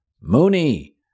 Mooney